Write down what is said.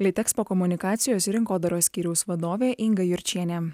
litexpo komunikacijos rinkodaros skyriaus vadovė inga jurčienė